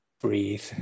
breathe